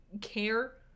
care